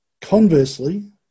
Conversely